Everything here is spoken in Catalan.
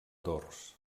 dors